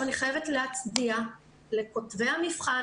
אני חייבת להצדיע לכותבי המבחן,